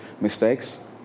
mistakes